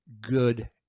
good